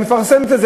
היא מפרסמת את זה.